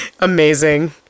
Amazing